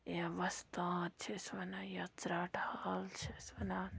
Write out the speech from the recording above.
یا وۄستان چھِ أسۍ وَنان یا ژرٛاٹہٕ حال چھِ أسۍ وَنان